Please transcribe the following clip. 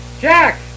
Jack